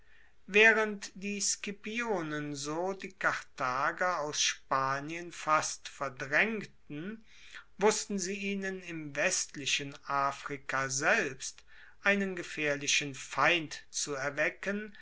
waehrend die scipionen so die karthager aus spanien fast verdraengten wussten sie ihnen im westlichen afrika selbst einen gefaehrlichen feind zu erwecken